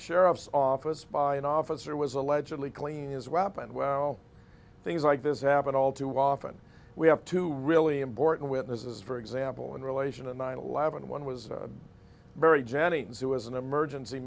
sheriff's office by an officer was allegedly clean his weapon well things like this happen all too often we have two really important witnesses for example in relation to nine eleven one was very jennings who is an emergency